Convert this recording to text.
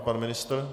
Pan ministr?